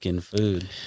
food